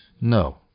No